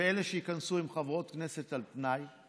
ואלה שייכנסו הן חברות כנסת על תנאי,